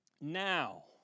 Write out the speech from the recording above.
Now